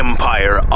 Empire